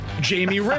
Jamie